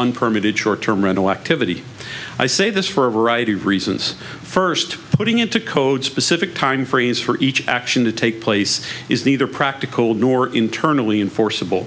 unpermitted short term mental activity i say this for a variety of reasons first putting it to code specific time frames for each action to take place is neither practical nor internally enforceable